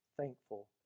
thankful